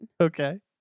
okay